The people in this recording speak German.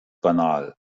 banal